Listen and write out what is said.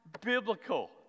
biblical